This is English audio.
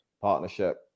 partnership